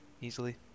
Easily